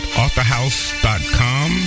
authorhouse.com